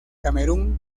camerún